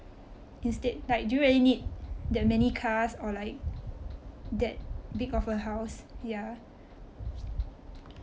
instead like do you really need that many cars or like that big of a house ya